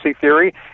theory